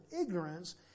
ignorance